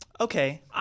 Okay